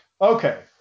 Okay